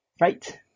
Right